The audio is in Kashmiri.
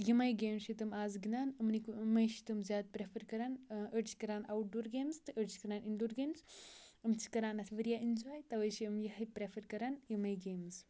یِمے گیمٕز چھِ تِم آز گِنٛدان إمنٕکۍ یِمے چھِ تِم زیادٕ پرٛٮ۪فَر کَران أڑۍ چھِ کَران آوُٹ ڈور گیمٕز تہٕ أڑۍ چھِ کَران اِنڈور گیمٕز یِم چھِ کَران اَتھُ واریاہ اٮ۪نجاے تَوَے چھِ یِم یِہٕے پرٛٮ۪فَر کَران یِمَے گیمٕز